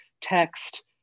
text